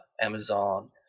Amazon